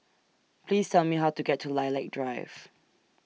Please Tell Me How to get to Lilac Drive